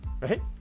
right